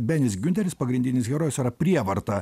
benis giunteris pagrindinis herojus yra prievarta